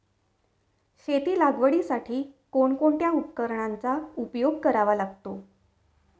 शेती लागवडीसाठी कोणकोणत्या उपकरणांचा उपयोग करावा लागतो?